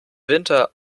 winter